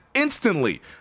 Instantly